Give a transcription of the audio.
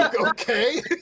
Okay